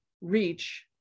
reach